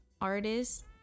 artists